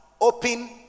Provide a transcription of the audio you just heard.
open